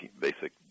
basic